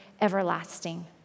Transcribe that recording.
everlasting